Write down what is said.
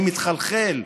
אני מתחלחל.